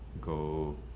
go